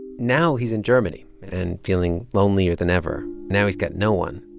now he's in germany and feeling lonelier than ever. now he's got no one.